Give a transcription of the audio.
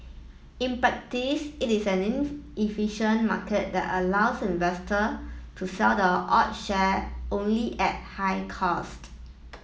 in practice it is an inefficient market that allows investor to sell the odd share only at high cost